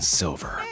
silver